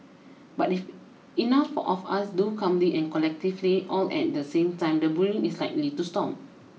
but if enough of us do calmly and collectively all at the same time the bullying is likely to stop